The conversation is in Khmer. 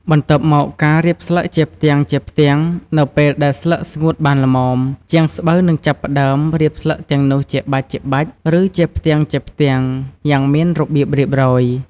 បន្ទាប់ម ការរៀបស្លឹកជាផ្ទាំងៗ នៅពេលដែលស្លឹកស្ងួតបានល្មម ជាងស្បូវនឹងចាប់ផ្ដើម រៀបស្លឹកទាំងនោះជាបាច់ៗ ឬជាផ្ទាំងៗ យ៉ាងមានរបៀបរៀបរយ។